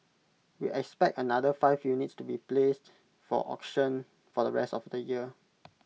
we expect another five units to be placed for auction for the rest of the year